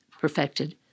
perfected